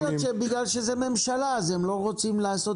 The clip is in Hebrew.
יכול להיות שבגלל שזו ממשלה אז הם לא רוצים לעשות